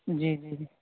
جی جی جی